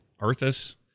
Arthas